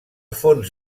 fons